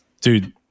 Dude